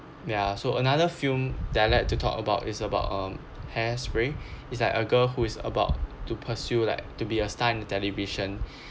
ya so another film that I like to talk about is about um hair spray is like a girl who is about to pursue like to be a star in television